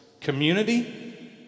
Community